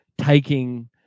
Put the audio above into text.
taking